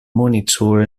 monitor